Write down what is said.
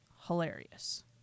hilarious